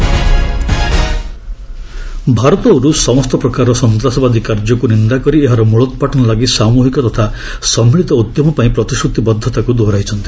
India Russia Bharat ଓ ରୁଷ୍ ସମସ୍ତ ପ୍ରକାରର ସନ୍ତାସବାଦୀ କାର୍ଯ୍ୟକୁ ନିନ୍ଦା କରି ଏହାର ମ୍ବଳୋତ୍ପାଟନ ଲାଗି ସାମ୍ବହିକ ତଥା ସମ୍ମିଳିତ ଉଦ୍ୟମ ପାଇଁ ପ୍ରତିଶ୍ରତିବଦ୍ଧତାକୁ ଦୋହରାଇଛନ୍ତି